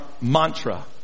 mantra